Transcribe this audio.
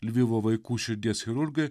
lvivo vaikų širdies chirurgai